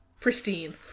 pristine